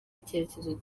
icyerekezo